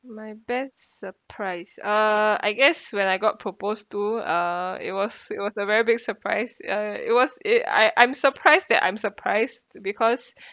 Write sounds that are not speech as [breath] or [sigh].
my best surprise uh I guess when I got proposed to uh it was it was a very big surprise uh it was it I I'm surprised that I'm surprised because [breath]